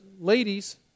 ladies